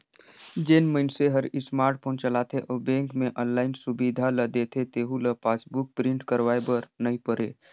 जेन मइनसे हर स्मार्ट फोन चलाथे अउ बेंक मे आनलाईन सुबिधा ल देथे तेहू ल पासबुक प्रिंट करवाये बर नई परे